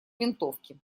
винтовки